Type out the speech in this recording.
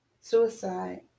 Suicide